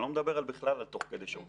אני לא מדבר בכלל על תוך כדי שירות,